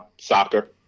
soccer